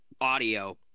audio